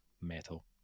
metal